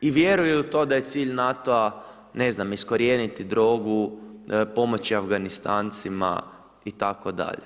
i vjeruje u to da je cilj NATO-a, ne znam, iskorijeniti drogu, pomoći Afganistancima itd.